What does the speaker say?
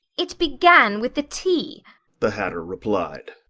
it began with the tea the hatter replied.